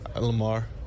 Lamar